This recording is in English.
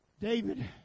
David